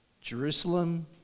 Jerusalem